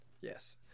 Yes